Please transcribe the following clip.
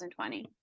2020